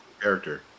character